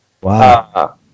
wow